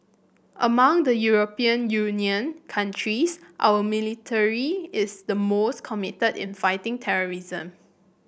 among the European Union countries our military is the most committed in fighting terrorism